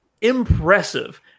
impressive